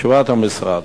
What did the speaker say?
תשובת המשרד,